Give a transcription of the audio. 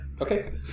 Okay